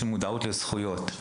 של מודעות לזכויות.